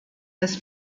des